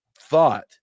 thought